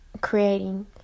creating